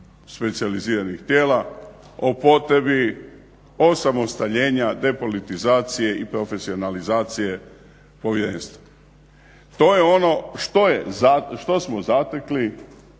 specijaliziranih tijela o potrebi osamostaljenja depolitizacije i profesionalizacije povjerenstva. To je ono što smo zatekli